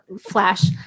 Flash